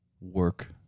work